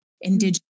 indigenous